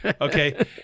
Okay